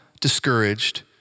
discouraged